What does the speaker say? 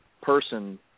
person